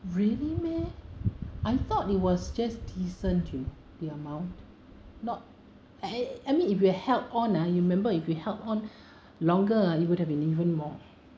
really meh I thought it was just decent to the amount not I I I mean if you had held on ah you remember if we held on longer ah it would have been even more